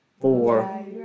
four